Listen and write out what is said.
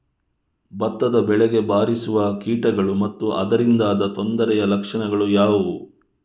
ಭತ್ತದ ಬೆಳೆಗೆ ಬಾರಿಸುವ ಕೀಟಗಳು ಮತ್ತು ಅದರಿಂದಾದ ತೊಂದರೆಯ ಲಕ್ಷಣಗಳು ಯಾವುವು?